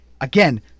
again